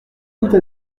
toutes